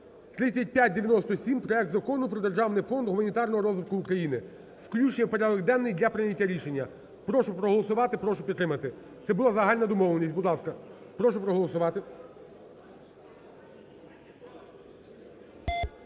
3597: проект Закону про державний фонд гуманітарного розвитку України. Включення в порядок денний для прийняття рішення. Прошу проголосувати, прошу підтримати. Це була загальна домовленість, будь ласка, прошу проголосувати.